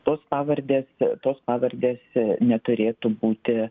tos pavardės tos pavardės neturėtų būti